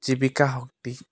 জীৱিকা শক্তি